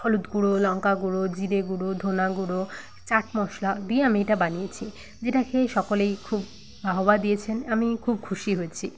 হলুদ গুঁড়ো লঙ্কা গুঁড়ো জিরে গুঁড়ো ধনে গুঁড়ো চাট মশলা দিয়ে আমি এটা বানিয়েছি যেটা খেয়ে সকলেই খুব বাহবা দিয়েছেন আমি খুব খুশি হয়েছি